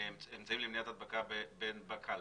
אמצעים למניעת הדבקה בקלפי.